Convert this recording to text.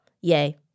yay